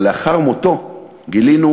אבל לאחר מותו גילינו